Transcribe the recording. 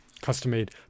custom-made